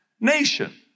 nation